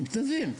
מתנדבים.